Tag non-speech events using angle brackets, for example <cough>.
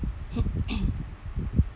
<coughs>